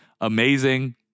amazing